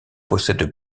possèdent